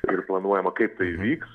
ir planuojama kaip tai vyks